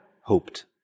hoped